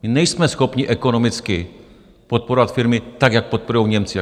My nejsme schopni ekonomicky podporovat firmy, tak jak podporují Němci.